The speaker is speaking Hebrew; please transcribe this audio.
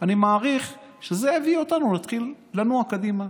אני מעריך שזה יביא אותנו להתחיל לנוע קדימה.